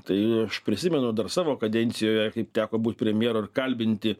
tai aš prisimenu dar savo kadencijoje kaip teko būt premjeru ir kalbinti